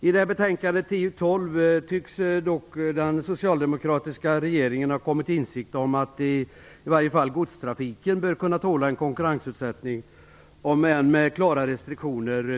I betänkande 1995/96:TU12 tycks dock den socialdemokratiska regeringen ha kommit till insikt om att i varje fall godstrafiken bör kunna tåla konkurrensutsättning, om än med klara restriktioner.